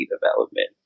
development